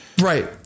Right